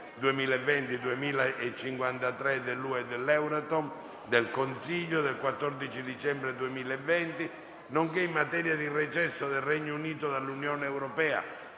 2020/2053 del Consiglio, del 14 dicembre 2020, nonché in materia di recesso del Regno Unito dall'Unione europea.